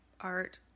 art